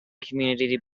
community